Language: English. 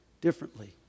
differently